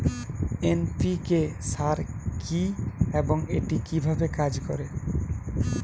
NPK সার কি এবং এটি কিভাবে কাজ করে?